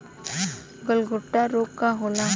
गलघोंटु रोग का होला?